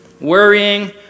Worrying